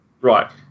Right